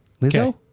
Lizzo